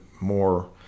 more